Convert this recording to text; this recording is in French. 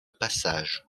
passage